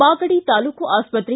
ಮಾಗಡಿ ತಾಲ್ಡೂಕು ಆಸ್ಪತ್ರೆ